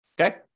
Okay